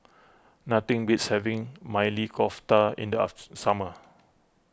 nothing beats having Maili Kofta in the summer